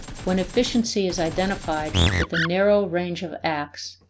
when efficiency is identified with a narrow range of acts,